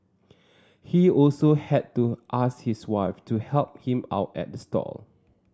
he also had to ask his wife to help him out at stall